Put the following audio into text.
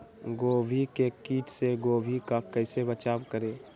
गोभी के किट से गोभी का कैसे बचाव करें?